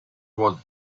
was